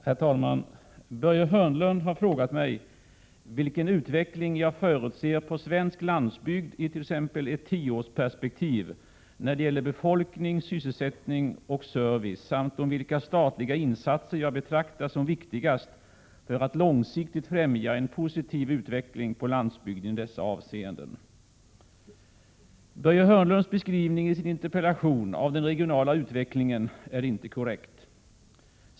Herr talman! Börje Hörnlund har frågat mig vilken utveckling jag förutser på svensk landsbygd i t.ex. ett tioårsperspektiv när det gäller befolkning, sysselsättning och service samt om vilka statliga insatser jag betraktar som viktigast för att långsiktigt främja en positiv utveckling på landsbygden i dessa avseenden. Den beskrivning Börje Hörnlund i sin interpellation ger av den regionala utvecklingen är inte korrekt.